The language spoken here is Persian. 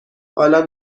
حالا